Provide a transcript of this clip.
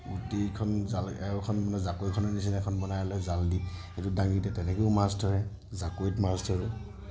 গোটেইখন জাল আৰু এখন জাকৈখনৰ নিচিনা এখন বনাই লয় জাল দি সেইটো ডাঙি দিয়ে তেনেকৈও মাছ ধৰে জাকৈত মাছ ধৰে